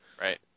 Right